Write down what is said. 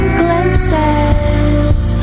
glimpses